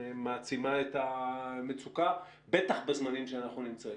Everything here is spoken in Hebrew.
מעצימה את המצוקה בטח בזמנים בהם אנחנו מצויים.